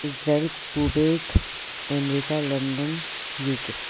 Israel Kuwait America London UK